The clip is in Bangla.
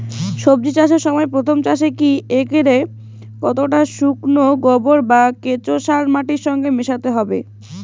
সবজি চাষের সময় প্রথম চাষে প্রতি একরে কতটা শুকনো গোবর বা কেঁচো সার মাটির সঙ্গে মেশাতে হবে?